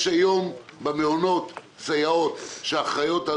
יש היום במעונות סייעות שאחראיות על